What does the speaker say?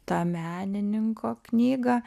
tą menininko knygą